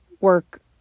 work